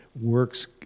works